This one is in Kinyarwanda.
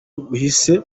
buhishe